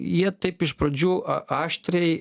jie taip iš pradžių aštriai